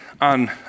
on